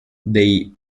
dei